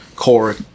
Core